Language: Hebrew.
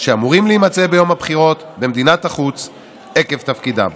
שאמורים להימצא ביום הבחירות במדינת החוץ עקב תפקידם,